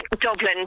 Dublin